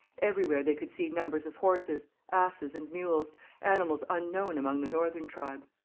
everywhere they could see numbers of horses, asses, and mules animals unknown among the northern tribes.